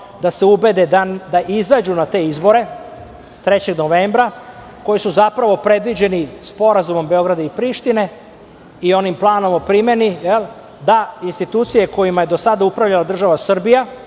da se ubede da izađu na te izbore 3. novembra koji su zapravo predviđeni sporazumom Beograda i Prištine i onim planom o primeni, da institucije kojima je do sada upravljala država Srbija